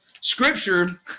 scripture